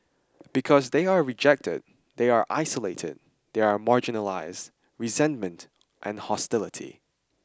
because they are rejected they are isolated they are marginalised resentment and hostility